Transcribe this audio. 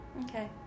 Okay